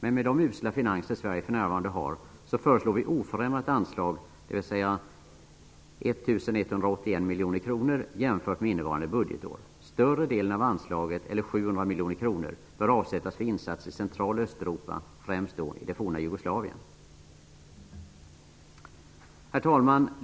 Men med de usla finanser Sverige för närvarande har föreslår vi oförändrat anslag, dvs. 1 181 miljoner kronor, jämfört med innevarande budgetår. Större delen av anslaget, eller 700 miljoner kronor, bör avsättas för insatser i Central och Östeuropa, främst då i det forna Jugoslavien. Herr talman!